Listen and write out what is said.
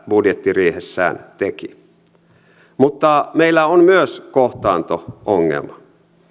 budjettiriihessään teki mutta meillä on myös kohtaanto ongelma